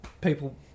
people